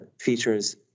features